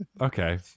Okay